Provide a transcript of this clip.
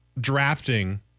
drafting